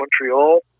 Montreal